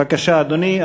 בבקשה, אדוני.